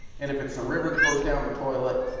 and if it's the river that goes down the toilet,